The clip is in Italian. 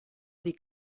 del